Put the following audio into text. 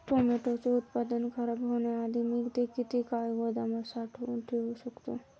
टोमॅटोचे उत्पादन खराब होण्याआधी मी ते किती काळ गोदामात साठवून ठेऊ शकतो?